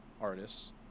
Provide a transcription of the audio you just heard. artists